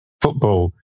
football